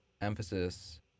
emphasis